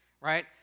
right